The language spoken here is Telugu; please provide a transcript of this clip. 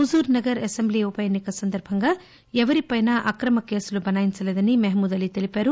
హుజూర్ నగర్ అసెంబ్లీ ఉపఎన్ని క సందర్భంగా ఎవరిపైనా అక్రమ కేసులు బనాయించలేదని మహమూద్ అలీ తెలిపారు